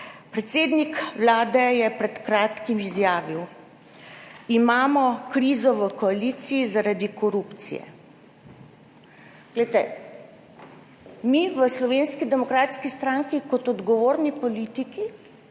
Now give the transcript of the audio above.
Predsednik Vlade je pred kratkim izjavil: "Imamo krizo v koaliciji zaradi korupcije". Glejte, mi v Slovenski demokratski stranki kot odgovorni politiki